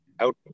out